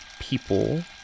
people